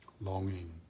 Longing